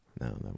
No